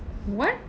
what